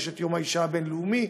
שאז יום האישה הבין-לאומי,